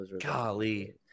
golly